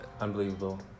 unbelievable